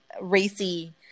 racy